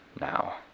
now